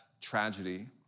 tragedy